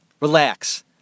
Relax